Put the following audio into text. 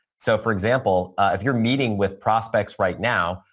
so, for example, if you're meeting with prospects right now,